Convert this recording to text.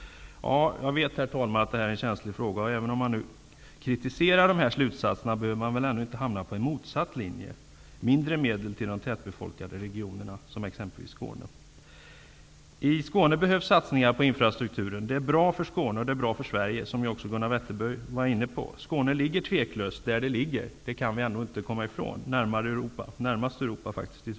Herr talman! Jag vet att detta är en känslig fråga. Även om man nu kritiserar dessa slutsatser, behöver man väl inte hamna på den motsatta linjen som innebär mindre medel till de tätbefolkade regionerna, t.ex till Skåne. I Skåne behövs satsningar på infrastrukturen. Det är bra för Skåne och det är bra för Sverige, vilket ju också Gunnar Wetterberg var inne på. Vi kan ändå inte komma ifrån att Skåne tveklöst ligger där det ligger, dvs. närmast Europa.